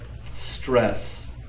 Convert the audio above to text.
stress